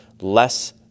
less